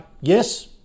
yes